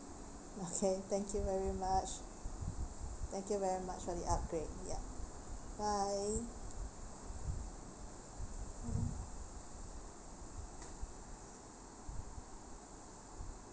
okay thank you very much thank you very much on the upgrade ya bye